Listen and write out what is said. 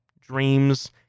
Dreams